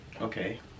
Okay